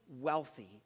wealthy